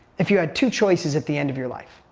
if you had two choices at the end of your life,